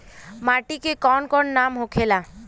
माटी के कौन कौन नाम होखे ला?